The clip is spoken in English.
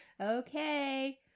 Okay